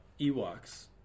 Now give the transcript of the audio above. Ewoks